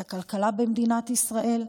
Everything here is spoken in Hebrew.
את הכלכלה במדינת ישראל,